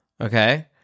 Okay